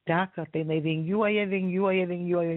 teka tai jinai vingiuoja vingiuoja vingiuoja